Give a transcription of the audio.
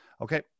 okay